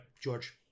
George